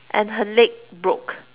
and her leg broke